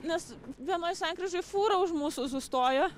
nes vienoj sankryžoj fūra už mūsų sustojo